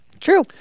True